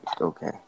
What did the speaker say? Okay